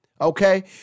Okay